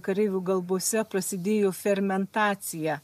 kareivių galvose prasidėjo fermentacija